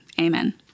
amen